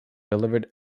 delivered